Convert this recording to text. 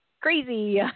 crazy